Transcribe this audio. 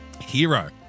Hero